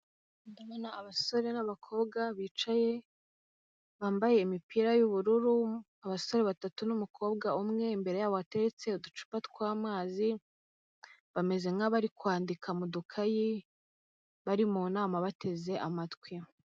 Abasore n'abakobwa bicaye bambaye imipira y'ubururu, abasore batatu n'umukobwa umwe imbere yabo hateretse uducupa tw'amazi, bameze nk'abari kwandika mu dukayi bari mu nama bateze amatwi.